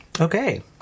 okay